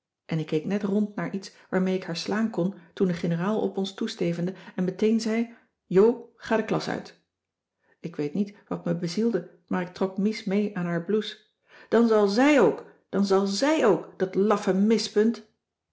en ik keek net rond naar iets waarmee ik haar slaan kon toen de generaal op ons toestevende en meteen zei jo ga de klas uit ik weet niet wat me bezielde maar ik trok mies mee aan haar blouse dan zal zj ook dan zal zj ook dat laffe mispunt